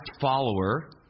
follower